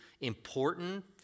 important